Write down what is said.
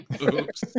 oops